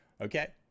Okay